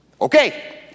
Okay